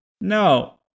No